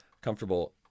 comfortable